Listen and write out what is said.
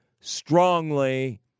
strongly